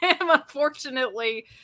unfortunately